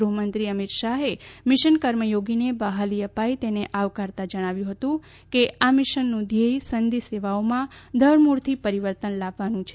ગૃહમંત્રી અમિત શાહે મિશન કર્મયોગીને બહાલી અપાઈ તેને આવકારતા જણાવ્યું હતું કે આ મિશનનું ધ્યેય સનદી સેવામાં ધરમૂળથી પરિવર્તન લાવવાનું છે